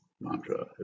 mantra